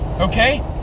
Okay